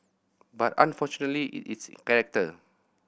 but unfortunately it's in character